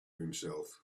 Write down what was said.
himself